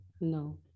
no